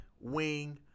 wing